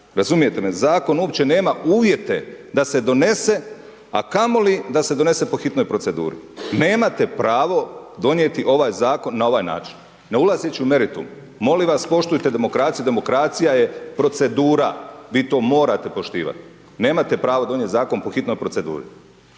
Razumijete me? Zakon uopće nema uvijete da se donese, a kamoli da se donese po hitnoj proceduri. Nemate pravo donijeti ovaj Zakon na ovaj način, ne ulazeći u meritum. Molim vas poštujte demokraciju, demokracija je procedura. Vi to morate poštivati. Nemate pravo donijeti Zakon po hitnoj proceduri.